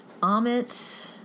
Amit